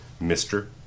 Mr